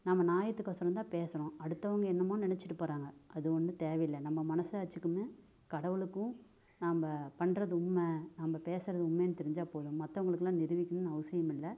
நம்ம நாயத்துக்கொசரம் தான் பேசுகிறோம் அடுத்தவங்க என்னமோ நினச்சிட்டு போகிறாங்க அது ஒன்றும் தேவை இல்லை நம்ம மனசாட்சிக்குனு கடவுளுக்கும் நாம்ப பண்ணுறது உண்மை நாம்ப பேசறது உண்மையின்னு தெரிஞ்சால் போதும் மற்றவங்களுக்கெல்லாம் நிரூபிக்கணும்னு அவசியம் இல்லை